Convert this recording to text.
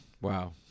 Wow